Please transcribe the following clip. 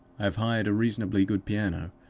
i have hired a reasonably good piano.